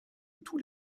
tous